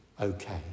okay